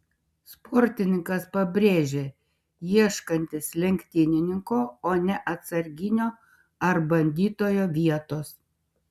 sportininkas pabrėžė ieškantis lenktynininko o ne atsarginio ar bandytojo vietos